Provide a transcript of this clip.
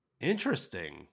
Interesting